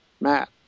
Matt